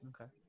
Okay